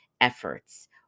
efforts